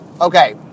Okay